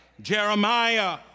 Jeremiah